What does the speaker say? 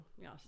Yes